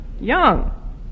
young